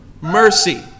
mercy